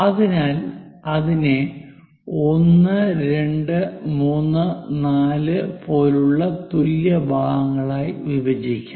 അതിനാൽ അതിനെ 1 2 3 4 പോലുള്ള തുല്യ ഭാഗങ്ങളായി വിഭജിക്കാം